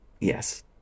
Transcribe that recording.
Yes